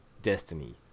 Destiny